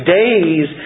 days